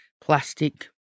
plastic